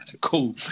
cool